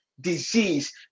disease